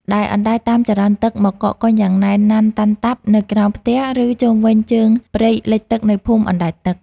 ដែលអណ្ដែតតាមចរន្តទឹកមកកកកុញយ៉ាងណែនណាន់តាន់តាប់នៅក្រោមផ្ទះ ឬជុំវិញជើងព្រៃលិចទឹកនៃភូមិអណ្តែតទឹក។